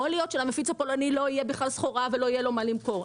יכול להיות שלמפיץ הפולני לא תהיה בכלל סחורה ולא יהיה לו מה למכור.